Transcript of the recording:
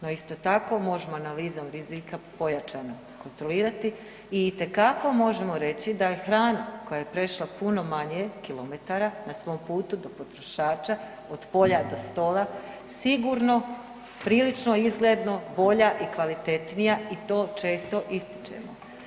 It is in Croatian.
No isto tako možemo analizom rizika pojačano kontrolirati i itekako možemo reći da je hrana koja je prešla puno manje kilometara na svom putu do potrošača, od polja do stola, sigurno prilično izgledno bolja i kvalitetnija i to često ističemo.